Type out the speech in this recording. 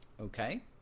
Okay